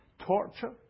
torture